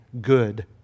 good